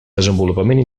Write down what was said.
desenvolupament